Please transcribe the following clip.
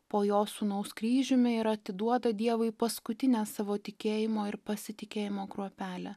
po jo sūnaus kryžiumi ir atiduoda dievui paskutinę savo tikėjimo ir pasitikėjimo kruopelę